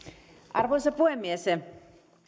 arvoisa puhemies